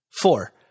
Four